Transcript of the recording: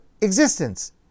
existence